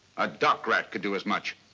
a dock rat could do as much.